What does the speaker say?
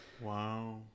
Wow